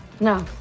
No